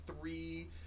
three